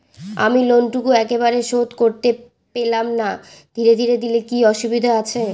আমি লোনটুকু একবারে শোধ করতে পেলাম না ধীরে ধীরে দিলে কি অসুবিধে আছে?